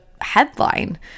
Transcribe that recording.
headline